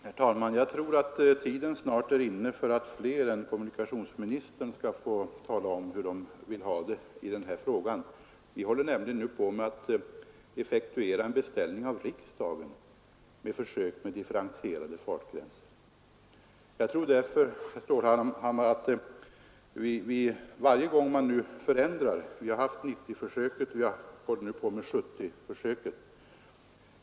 Herr talman! Jag tror att tiden snart är inne för att fler än kommunikationsministern skall tala om hur de vill ha det i den här frågan. Vi håller nämligen nu på att effektuera en beställning av riksdagen gällande försök med differentierade fartgränser. Vi har haft 90-försöket och håller nu på med 70-försöket.